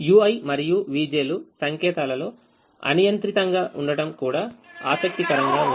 ui మరియు vj లు సంకేతాలలోఅనియంత్రితంగా ఉండటం కూడా ఆసక్తికరంగా ఉంది